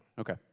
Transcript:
Okay